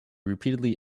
repeatedly